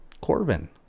Corbin